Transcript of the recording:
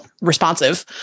responsive